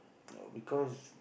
because